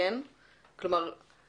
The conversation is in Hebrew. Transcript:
את